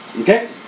Okay